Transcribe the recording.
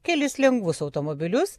kelis lengvus automobilius